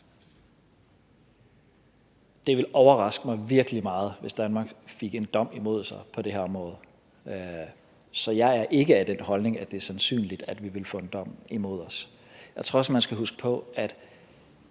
Det ville overraske mig virkelig meget, hvis Danmark fik en dom imod sig på det her område. Så jeg har ikke den holdning, at det er sandsynligt, at vi vil få en dom imod os. Jeg tror også, at man skal huske på, at